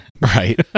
Right